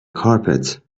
carpet